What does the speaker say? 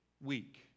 week